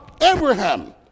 Abraham